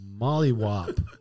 mollywop